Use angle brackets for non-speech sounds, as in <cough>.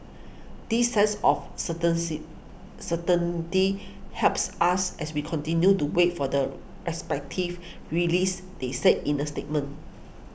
this sense of <unintelligible> certainty helps us as we continue to wait for the respective releases they said in a statement